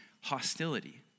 hostility